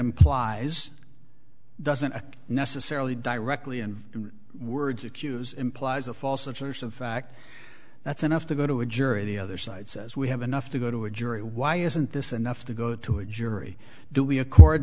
implies doesn't necessarily directly and words accuse implies a false letters of fact that's enough to go to a jury the other side says we have enough to go to a jury why isn't this enough to go to a jury do we accord